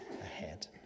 ahead